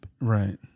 Right